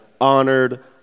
honored